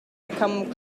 become